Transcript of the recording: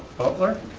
baumler.